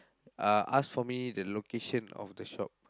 uh ask for me the location of the shop